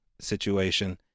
situation